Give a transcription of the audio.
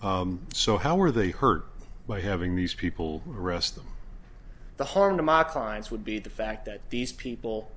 no so how are they hurt by having these people arrest them the harm to mock lines would be the fact that these people